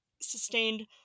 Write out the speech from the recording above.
sustained